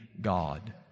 God